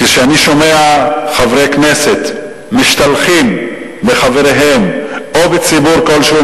כשאני שומע חברי כנסת משתלחים בחבריהם או בציבור כלשהו,